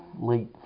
Late